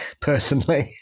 personally